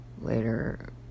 later